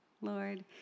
Lord